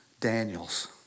Daniels